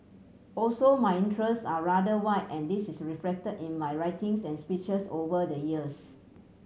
also my interest are rather wide and this is reflect in my writings and speeches over the years